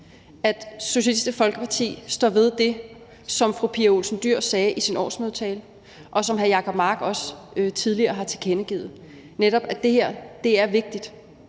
at Socialistisk Folkeparti står ved det, som fru Pia Olsen Dyhr sagde i sin årsmødetale, og som også hr. Jacob Mark tidligere har tilkendegivet, nemlig at det her er vigtigt.